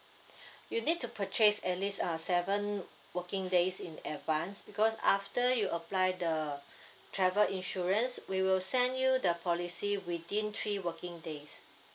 you need to purchase at least uh seven working days in advance because after you apply the travel insurance we will send you the policy within three working days